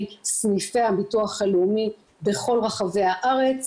סניפי הביטוח הלאומי בכל רחבי הארץ,